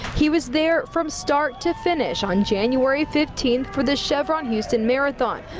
he was there from start to finish on january fifteen for the chevron houston marathon,